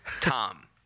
Tom